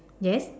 yes